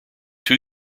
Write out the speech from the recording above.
two